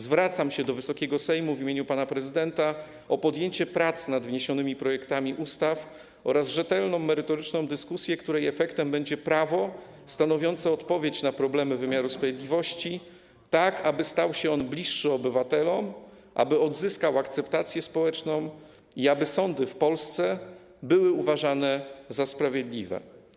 Zwracam się do Wysokiego Sejmu w imieniu pana prezydenta o podjęcie prac nad wniesionymi projektami ustaw oraz rzetelną, merytoryczną dyskusję, której efektem będzie prawo stanowiące odpowiedź na problemy wymiaru sprawiedliwości, tak aby stał się on bliższy obywatelom, aby odzyskał akceptację społeczną i aby sądy w Polsce były uważane za sprawiedliwe.